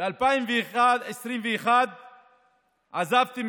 ב-2021 עזבתם,